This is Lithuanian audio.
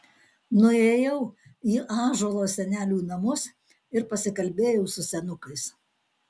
nuėjau į ąžuolo senelių namus ir pasikalbėjau su senukais